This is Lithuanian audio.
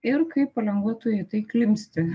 ir kaip palengva tu į tai klimpsti